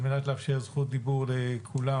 על מנת לאפשר זכות דיבור לכולם,